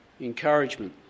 encouragement